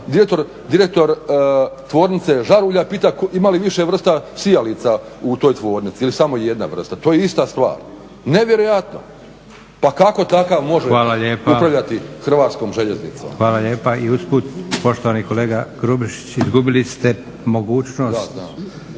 direktor tvornice žarulja pita ima li više vrsta sijalica u toj tvornici ili samo jedna vrsta. To je ista stvar. Nevjerojatno! Pa kako takav može upravljati HŽ-om? **Leko, Josip (SDP)** Hvala lijepa. I usput poštovani kolega Grubišić izgubili ste mogućnost